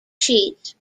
sheets